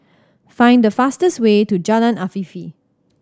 find the fastest way to Jalan Afifi